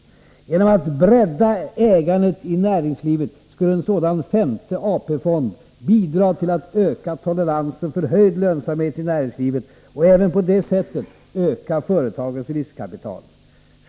Genom att bredda ägandet i näringslivet skulle en sådan femte AP-fond kunna bidra till att öka toleransen för höjd lönsamhet i näringslivet och även på det sättet öka företagens riskkapital.